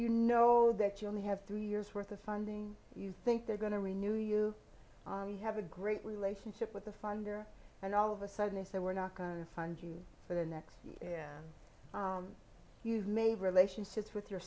you know that you only have three years worth of funding you think they're going to renew you have a great relationship with the fund and all of a sudden they say we're not going to fund you for the next year you may relationships with your